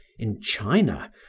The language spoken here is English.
in china,